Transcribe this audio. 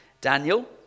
Daniel